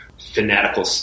fanatical